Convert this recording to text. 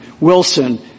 Wilson